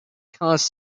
cause